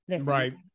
right